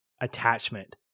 attachment